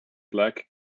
black